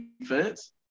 defense